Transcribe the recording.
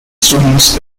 students